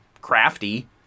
crafty